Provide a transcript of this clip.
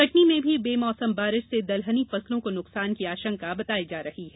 कटनी में भी बेमौसम बारिश से दलहनी फसलों को नुकसान की आशंका बताई जा रही है